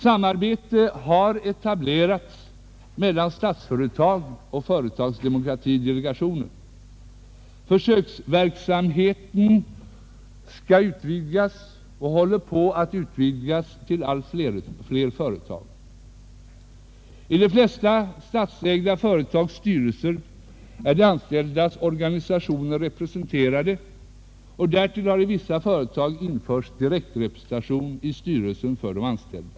Samarbete har etablerats mellan Statsföretag och företagsdemokratidelegationen. Försöksverksamheten skall utvidgas och håller även på att utbredas till allt fler företag. I de flesta statsägda företags styrelser är de anställdas organisationer representerade. Därtill har i vissa företag införts direktrepresentation i styrelsen för de anställda.